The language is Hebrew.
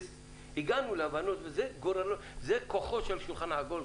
הגענו להבנות - זה כוחו של שולחן עגול,